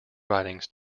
writings